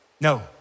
No